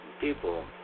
people